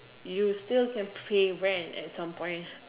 you still can pay rent at some point